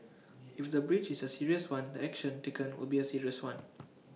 if the breach is A serious one the action taken will be A serious one